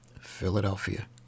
Philadelphia